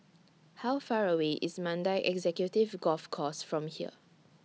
How Far away IS Mandai Executive Golf Course from here